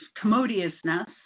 commodiousness